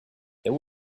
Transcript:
there